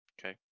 Okay